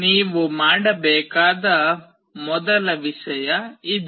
ನೀವು ಮಾಡಬೇಕಾದ ಮೊದಲ ವಿಷಯ ಇದು